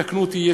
יתקנו אותי,